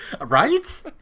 Right